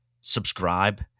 subscribe